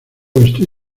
estoy